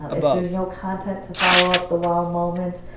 um if there is no content to follow up the wow moment,